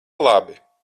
labi